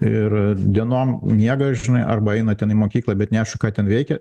ir dienom miega žinai arba eina ten į mokyklą bet neaišku ką ten veikia